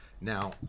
now